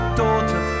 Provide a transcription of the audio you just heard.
daughter